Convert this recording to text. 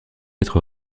être